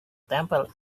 temple